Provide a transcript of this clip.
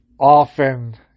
often